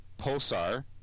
Pulsar